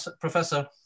Professor